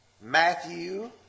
Matthew